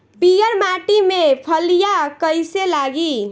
पीयर माटी में फलियां कइसे लागी?